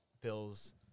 Bills